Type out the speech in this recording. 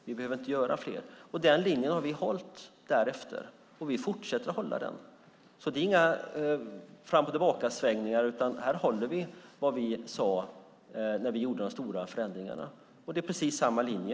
Vi behöver inte göra fler. Den linjen har vi hållit därefter. Vi fortsätter att hålla den. Det är inga fram och tillbakasvängningar utan här håller vi det vi sade när vi gjorde de stora förändringarna. Det är precis samma linje.